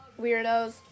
weirdos